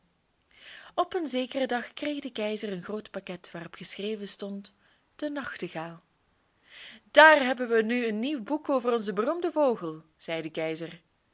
op zekeren dag kreeg de keizer een groot pakket waarop geschreven stond de nachtegaal daar hebben we nu een nieuw boek over onzen beroemden vogel zei de keizer